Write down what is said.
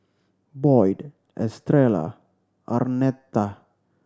Boyd Estrella Arnetta